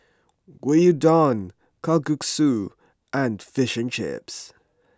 Gyudon Kalguksu and Fish and Chips